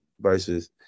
versus